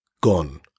Gone